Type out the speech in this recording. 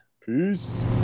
Peace